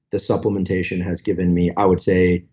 the supplementation has given me, i would say,